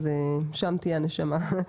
אז שם תהיה הנשמה.